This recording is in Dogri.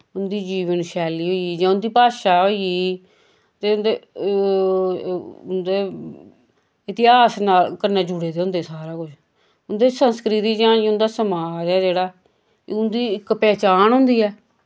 उंदी जीवन शैली होई गेई जां उंदी भाशा होई गेई ते उंदे उंदे इतिहास नाल कन्नै जुड़े दे होंदे सारा कुछ उंदे संस्कृती जां जे उंदा समाज ऐ जेह्ड़ा उंदी इक पैह्चान होंदी ऐ